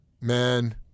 Man